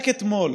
רק אתמול